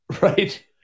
Right